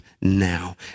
now